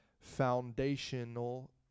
foundational